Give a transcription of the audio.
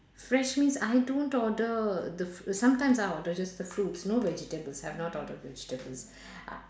fresh means I don't order the f~ sometimes I order just the fruits no vegetables have not ordered vegetables